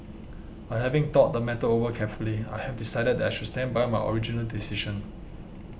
but having thought the matter over carefully I have decided that I should stand by my original decision